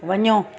वञो